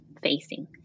facing